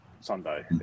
Sunday